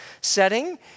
setting